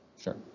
Sure